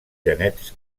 genets